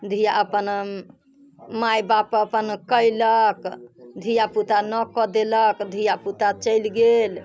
धिया अपन माय बाप अपन कयलक धियापुता नहि कऽ देलक धियापुता चलि गेल